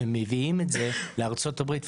ומביאים את זה לארצות הברית,